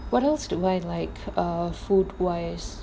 what else do I like err food wise